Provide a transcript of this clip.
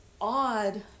odd